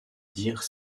dire